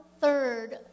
third